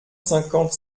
cinquante